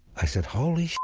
i said holy